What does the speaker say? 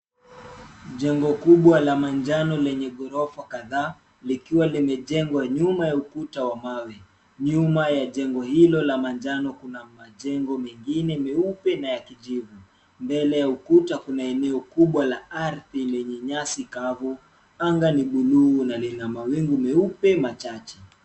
Jengo kubwa la manjano lenye ghorofa kadhaa, likiwa limejengwa nyuma ya ukuta wa mawe. Nyuma ya jengo hilo la manjano, kuna majengo mengine meupe na ya kijivu. Mbele ya ukuta, kuna eneo kubwa la ardhi lenye nyasi kavu. Anga ni buluu na lina mawingu meupe machache.